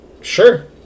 Sure